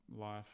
life